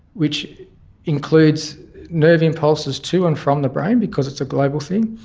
which includes nerve impulses to and from the brain because it's a global thing.